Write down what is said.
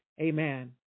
Amen